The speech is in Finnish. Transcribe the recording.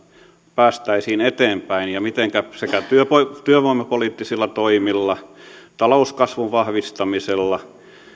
pääsisimme eteenpäin ja mitenkä sekä työvoimapoliittisilla toimilla talouskasvun vahvistamisella